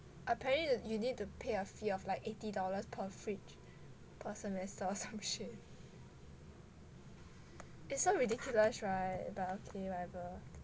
apparently you need to pay a fee of like eighty dollars per fridge per semester or some shit it's so ridiculous [right] but okay whatever